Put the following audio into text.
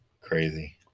crazy